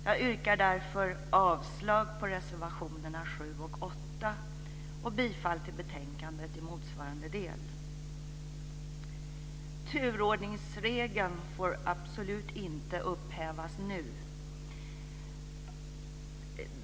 Jag yrkar därför avslag på reservationerna 7 och 8 och bifall till förslaget i betänkandet i motsvarande del. Turordningsregeln får absolut inte upphävas nu.